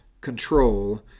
control